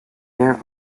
there